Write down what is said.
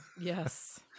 Yes